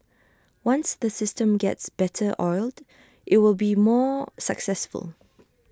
once the system gets better oiled IT will be more successful